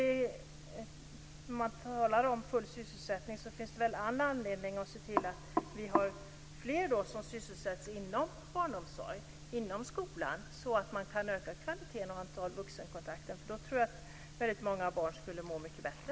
När man talar om full sysselsättning finns det all anledning att se till att fler sysselsätts inom barnomsorgen och skolan, så att man kan öka kvaliteten och antalet vuxenkontakter. Då tror jag att väldigt många barn skulle må mycket bättre.